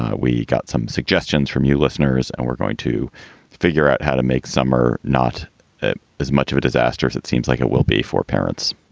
ah we got some suggestions from you listeners and we're going to figure out how to make summer not as much of a disaster as it seems like it will be for parents.